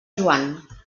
joan